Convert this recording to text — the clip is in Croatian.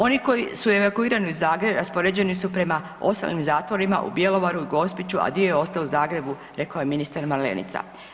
Oni koji su evakuirani u Zagreb raspoređeni su prema ostalim zatvorima u Bjelovaru i Gospiću, a dio je ostao u Zagrebu rekao je ministar Malenica.